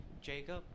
Jacob